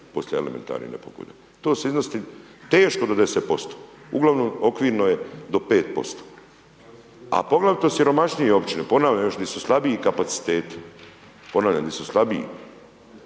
poslije elementarne nepogode, to su iznosi teško do 10%, uglavnom okvirno je do 5%. A poglavito siromašnije općine, ponavljam još di su slabiji kapaciteti. Ponavljam, di su slabiji.